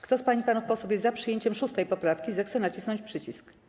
Kto z pań i panów posłów jest za przyjęciem 6. poprawki, zechce nacisnąć przycisk.